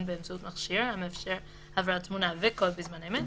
באמצעות מכשיר המאפשר העברת תמונה וקול בזמן אמת,